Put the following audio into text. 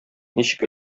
ничек